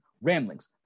Ramblings